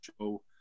show